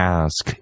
ask